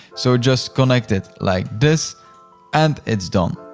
so just connect it like this and it's done.